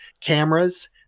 cameras